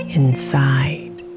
inside